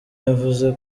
yavuze